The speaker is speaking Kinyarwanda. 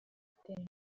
igitera